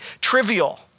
trivial